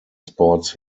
sports